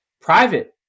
private